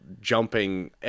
jumping